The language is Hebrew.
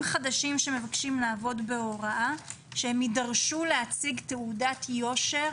חדשים שמבקשים לעבוד בהוראה שיידרשו להציג תעודת יושר